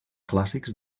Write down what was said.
clàssics